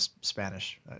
Spanish